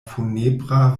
funebra